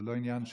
זה לא עניין של,